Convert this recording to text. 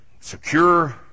secure